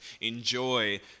enjoy